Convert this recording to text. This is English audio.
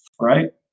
right